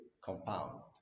compound